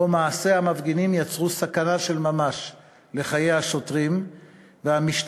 שבו מעשי המפגינים יצרו סכנה של ממש לחיי השוטרים והמשתמשים